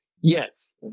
Yes